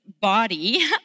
body